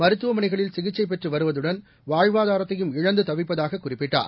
மருத்துவமனைகளில் கிகிச்சை பெற்று வருவதுடன் வாழ்வாதாரத்தையும் இழந்து தவிப்பதாக குறிப்பிட்டார்